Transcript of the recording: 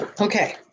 okay